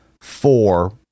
four